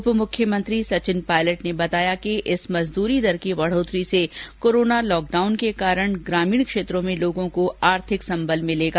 उप मुख्यमंत्री सचिन पायलट ने बताया कि इस मजदूरी दर की बढ़ोत्तरी से कोरोना लॉकडाउन के कारण ग्रामीण क्षेत्रों में लोगों को आर्थिक सम्बल मिलेगा